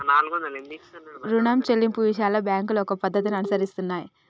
రుణం చెల్లింపు విషయంలో బ్యాంకులు ఒక పద్ధతిని అనుసరిస్తున్నాయి